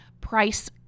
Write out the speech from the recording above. price